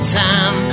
time